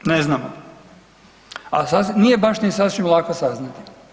Ne znamo, a nije baš ni sasvim lako saznati.